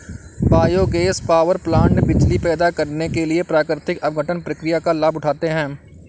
biogas power plant बिजली पैदा करने के लिए प्राकृतिक अपघटन प्रक्रिया का लाभ उठाते हैं